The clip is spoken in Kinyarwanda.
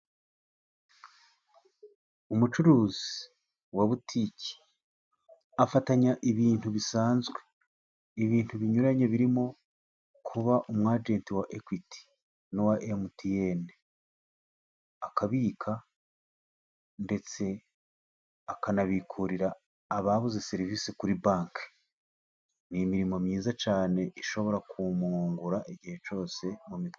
Umucuruzi wa butike afatanya ibintu bisanzwe, ibintu binyuranye birimo kuba umwagenti wa Equity n'uwa MTN akabika ndetse akanabikuririra ababuze serivisi kuri banki. Ni imirimo myiza cyane ishobora ku kumwungura igihe cyose.